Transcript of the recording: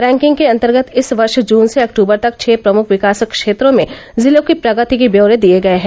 ranking के अंतर्गत इस वर्ष जून से अक्टूबर तक छह प्रमुख विकास क्षेत्रों में जिलों की प्रगति के ब्यौरे दिए गए हैं